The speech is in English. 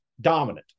dominant